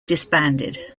disbanded